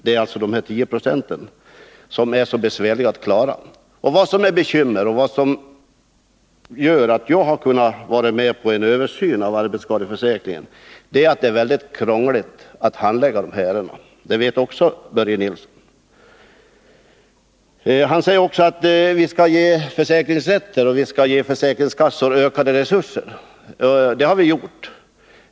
Det är de återstående 10 procenten som är så besvärliga att klara. Vad som är bekymmersamt och som gör att jag kunnat gå med på att en översyn av arbetsskadeförsäkringen görs är att det är mycket krångligt att handlägga arbetsskadeärenden. Det vet också Börje Nilsson. Börje Nilsson säger vidare att vi skall ge försäkringsrätter och försäkringskassor ökade resurser. Det har vi även gjort.